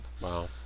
Wow